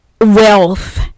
wealth